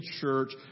church